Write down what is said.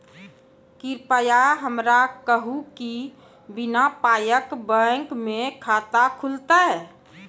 कृपया हमरा कहू कि बिना पायक बैंक मे खाता खुलतै?